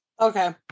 Okay